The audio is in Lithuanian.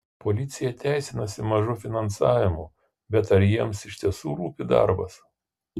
policija teisinasi mažu finansavimu bet ar jiems iš tiesų rūpi darbas